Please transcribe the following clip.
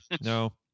no